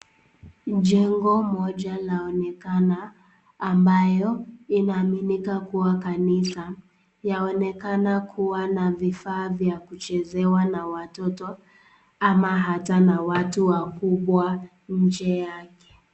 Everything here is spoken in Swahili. Jengo moja laonekana ambayo inaaminika kua kanisa. Yaonekana kua na vifaa vya kuchezewa na watoto ama hata na watu wakubwa nje yake.